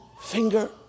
finger